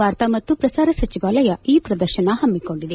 ವಾರ್ತಾ ಮತ್ತು ಪ್ರಸಾರ ಸಚಿವಾಲಯ ಈ ಪ್ರದರ್ಶನ ಹಮ್ಮಿಕೊಂಡಿದೆ